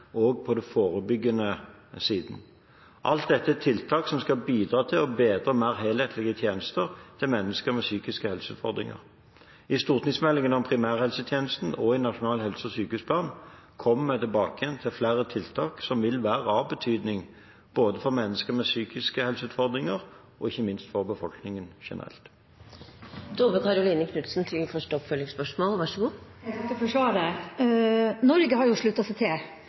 på den forebyggende siden. Alt dette er tiltak som skal bidra til å bedre mer helhetlige tjenester til mennesker med psykiske helseutfordringer. I stortingsmeldingen om primærhelsetjenesten og i den nasjonale helse- og sykehusplanen kommer vi tilbake til flere tiltak som vil være av betydning både for mennesker med psykiske helseutfordringer og for befolkningen generelt. Jeg takker for svaret. Norge har jo sluttet seg til WHOs globale målsetting om å redusere for